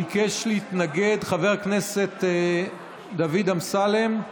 ביקש להתנגד חבר הכנסת דוד אמסלם.